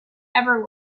ever